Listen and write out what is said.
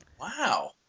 Wow